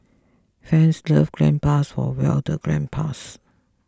fans love gandpas for well the grandpas